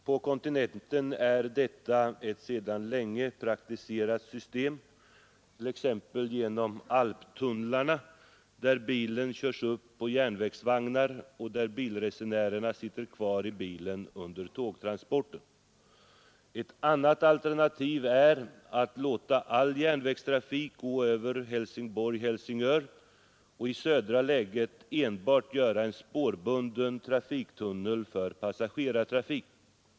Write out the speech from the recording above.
På kontinenten är detta ett sedan länge praktiserat system, t.ex. genom alptunnlarna där bilen körs upp på järnvägsvagn och där bilresenärerna sitter kvar i bilen under tågtransporten. Ett annat alternativ är att låta all järnvägstrafik gå över Helsingborg— Helsingör och i södra läget enbart göra en spårbunden trafiktunnel för passagerartrafik.